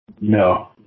No